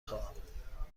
خواهم